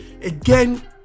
Again